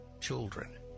children